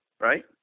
Right